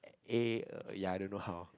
eh ya I don't know how